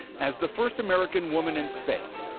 as the first american woman in space,